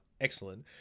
excellent